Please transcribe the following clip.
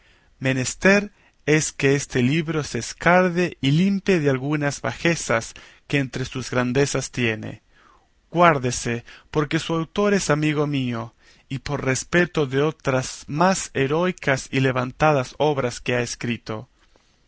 menester es que este libro se escarde y limpie de algunas bajezas que entre sus grandezas tiene guárdese porque su autor es amigo mío y por respeto de otras más heroicas y levantadas obras que ha escrito